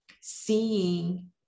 seeing